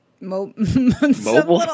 Mobile